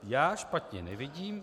Já špatně nevidím.